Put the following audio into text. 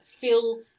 feel